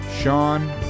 sean